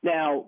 Now